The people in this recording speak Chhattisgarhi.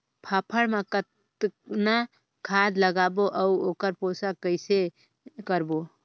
फाफण मा कतना खाद लगाबो अउ ओकर पोषण कइसे करबो?